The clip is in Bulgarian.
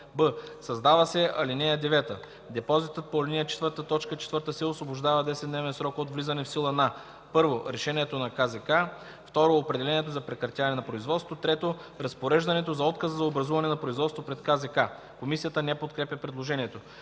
б) Създава се ал. 9: „(9) Депозитът по ал. 4, т. 4 се освобождава в 10-дневен срок от влизане в сила на: 1. решението на КЗК; 2. определението за прекратяване на производството; 3. разпореждането за отказ за образуване на производство пред КЗК.” Комисията не подкрепя предложението.